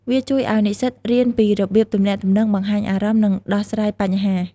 វាជួយឱ្យនិស្សិតរៀនពីរបៀបទំនាក់ទំនង បង្ហាញអារម្មណ៍ និងដោះស្រាយបញ្ហា។